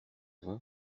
vingt